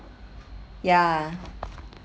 ya